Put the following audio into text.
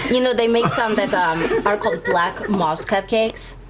you know, they make some that um are called black moss cupcakes.